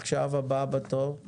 אני